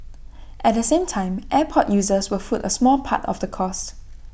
at the same time airport users will foot A small part of the cost